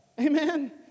Amen